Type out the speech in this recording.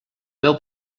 meu